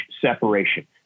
separation